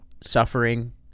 Suffering